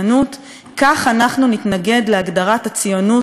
כך אנחנו נתנגד להגדרת הציונות כהתנחלות.